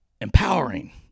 empowering